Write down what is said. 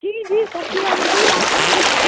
جی جی سبزی والے سے ہی بات ہو رہی ہے